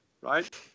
right